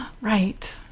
Right